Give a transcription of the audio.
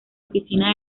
oficina